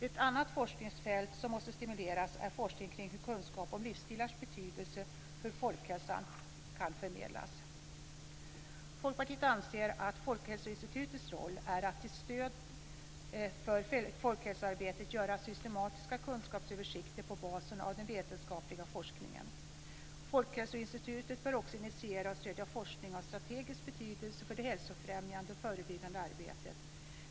Ett annat forskningsfält som måste stimuleras är forskning kring hur kunskap om livsstilars betydelse för folkhälsan kan förmedlas. Folkpartiet anser att Folkhälsoinstitutets roll är att till stöd för folkhälsoarbetet göra systematiska kunskapsöversikter på basen av den vetenskapliga forskningen. Folkhälsoinstitutet bör också initiera och stödja forskning av strategisk betydelse för det hälsofrämjande och förebyggande arbetet.